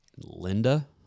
Linda